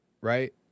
right